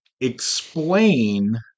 explain